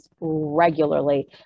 regularly